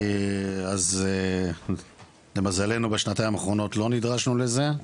אז למזלנו בשניים האחרונות לא נדרשו לזה,